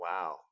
Wow